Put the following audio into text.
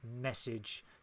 message